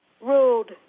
ruled